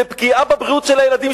זו פגיעה בבריאות של הילדים,